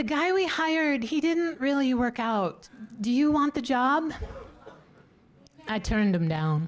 the guy we hired he didn't really work out do you want the job i turned him down